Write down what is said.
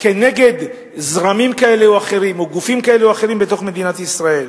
כנגד זרמים כאלה או אחרים או גופים כאלה או אחרים בתוך מדינת ישראל.